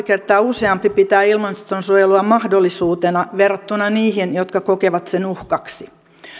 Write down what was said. kertaa useampi pitää ilmastonsuojelua mahdollisuutena verrattuna niihin jotka kokevat sen uhkaksi